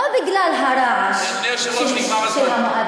לא בגלל הרעש של המואזין,